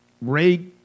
Ray